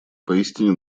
поистине